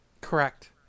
Correct